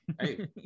Hey